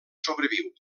sobreviu